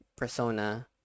persona